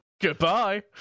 Goodbye